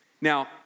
Now